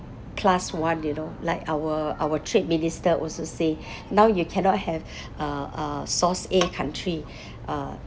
plus one you know like our our trade minister also say now you cannot have uh uh source A country uh